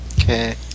Okay